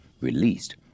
released